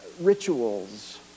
rituals